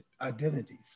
identities